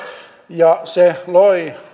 ja se loi